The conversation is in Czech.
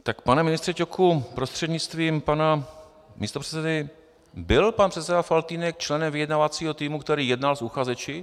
Tak pane ministře Ťoku prostřednictvím pana místopředsedy, byl pan předseda Faltýnek členem vyjednávacího týmu, který jednal s uchazeči?